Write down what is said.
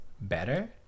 better